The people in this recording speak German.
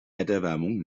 erderwärmung